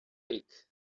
fake